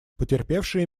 потерпевшие